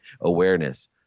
awareness